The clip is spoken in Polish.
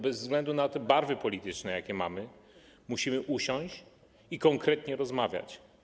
Bez względu na to, jakie barwy polityczne mamy, musimy usiąść i konkretnie rozmawiać.